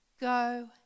Go